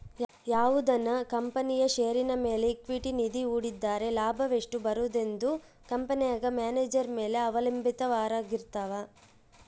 ಯಾವುದನ ಕಂಪನಿಯ ಷೇರಿನ ಮೇಲೆ ಈಕ್ವಿಟಿ ನಿಧಿ ಹೂಡಿದ್ದರೆ ಲಾಭವೆಷ್ಟು ಬರುವುದೆಂದು ಕಂಪೆನೆಗ ಮ್ಯಾನೇಜರ್ ಮೇಲೆ ಅವಲಂಭಿತವಾರಗಿರ್ತವ